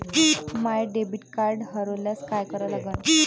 माय debit card हरोल्यास काय करा लागन?